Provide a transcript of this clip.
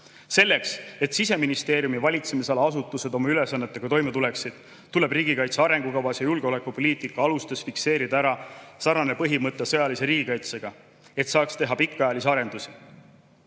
"Selleks, et Siseministeeriumi valitsemisala asutused oma ülesannetega toime tuleksid, tuleb riigikaitse arengukavas ja julgeolekupoliitika alustes fikseerida ära sõjalise riigikaitsega sarnane põhimõte, et saaks teha pikaajalisi arendusi.